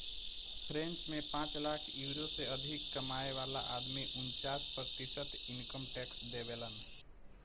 French में पांच lakh euro से अधिक कमाए वाला आदमी उनन्चास प्रतिशत इनकम टैक्स देबेलन